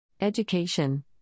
Education